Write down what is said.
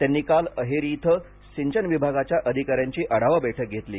त्यांनी काल अहेरी इथं सिंचन विभागाच्या अधिकाऱ्यांची आढावा बैठक घेतली